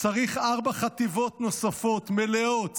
צריך ארבע חטיבות נוספות מלאות,